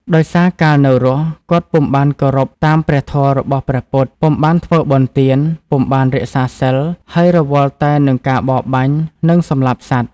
ដោយសារកាលនៅរស់ គាត់ពុំបានគោរពតាមព្រះធម៌របស់ព្រះពុទ្ធ ពុំបានធ្វើបុណ្យទាន ពុំបានរក្សាសីល ហើយរវល់តែនឹងការបរបាញ់ និងសម្លាប់សត្វ ។